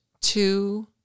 two